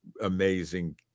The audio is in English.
amazing